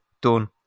Done